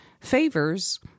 favors